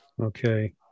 Okay